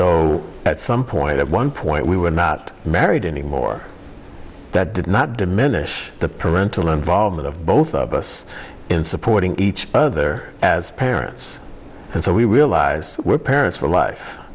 though at some point at one point we were not married anymore that did not diminish the parental involvement of both of us in supporting each other as parents so we realize we're parents for life